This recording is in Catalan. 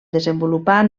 desenvolupar